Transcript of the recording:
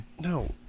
No